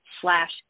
slash